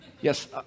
Yes